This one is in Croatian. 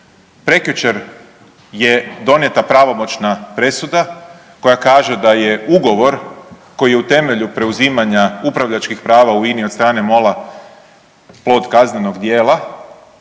prekjučer je donijeta pravomoćna presuda koja kaže da je ugovor koji je u temelju preuzimanja upravljačkih prava u INI od strane MOL-a plod kaznenog dijela